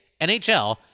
NHL